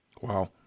Wow